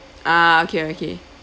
ah okay okay